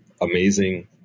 amazing